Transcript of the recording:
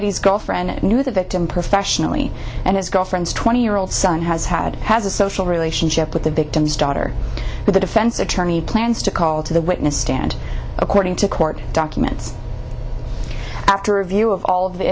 girlfriend knew the victim professionally and his girlfriend's twenty year old son has had has a social relationship with the victim's daughter but the defense attorney plans to call to the witness stand according to court documents after review of all